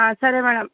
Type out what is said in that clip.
సరే మ్యాడమ్